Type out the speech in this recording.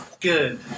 Good